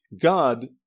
God